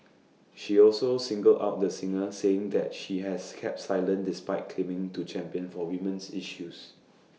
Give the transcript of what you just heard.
she also singled out the singer saying that she has kept silent despite claiming to champion for women's issues